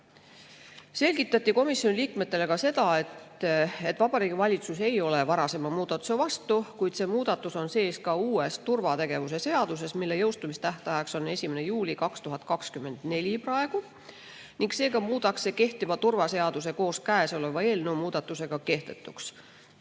kogu aeg. Komisjoni liikmetele selgitati ka seda, et Vabariigi Valitsus ei ole varasema muudatuse vastu, kuid see muudatus on sees ka uues turvategevuse seaduses, mille jõustumise tähtajaks on pakutud 1. juuli 2024. See aga muudaks kehtiva turvaseaduse koos käesoleva eelnõu muudatusega kehtetuks.